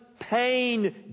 pain